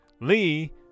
Lee